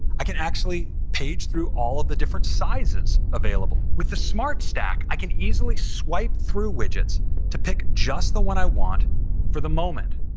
i can actually page through all of the different sizes available. with the smart stack, i can easily swipe through widgets to pick just the one i want for the moment.